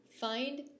Find